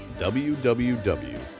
www